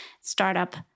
startup